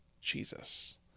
Jesus